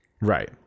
Right